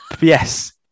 yes